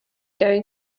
going